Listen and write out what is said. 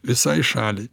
visai šaliai